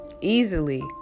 easily